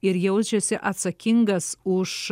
ir jaučiasi atsakingas už